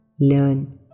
learn